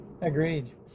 Agreed